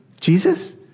Jesus